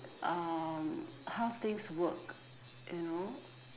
um how thing's work you know